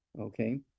Okay